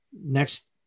next